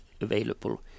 available